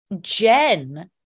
Jen